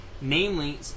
namely